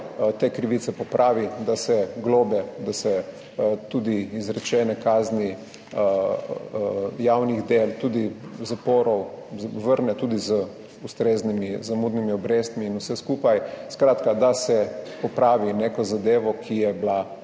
te krivice popravi, da se globe, tudi izrečene kazni javnih del, tudi zaporov, vrne tudi z ustreznimi zamudnimi obrestmi in vse skupaj, skratka, da se popravi neko zadevo, ki očitno